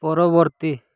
ପରବର୍ତ୍ତୀ